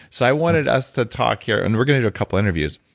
so, i wanted us to talk here, and we're going to do a couple interviews,